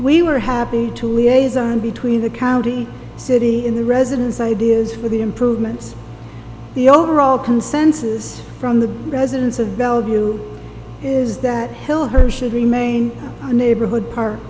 we were happy to liaison between the county city in the residence ideas for the improvements the overall consensus from the residents of value is that hill her should remain a neighborhood park